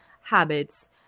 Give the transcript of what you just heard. habits